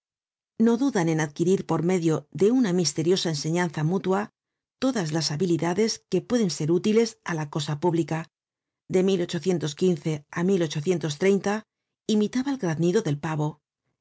book search generated at por medio de una misteriosa enseñanza mutua todas las habilidades que pueden ser útiles á la cosa pública de á imitaba el graznido del pavo